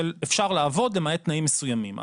אפשר לעבוד למעט תנאים מסוימים.